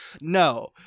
no